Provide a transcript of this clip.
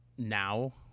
Now